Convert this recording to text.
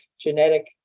genetic